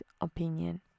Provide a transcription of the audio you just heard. opinion